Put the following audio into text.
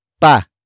Pa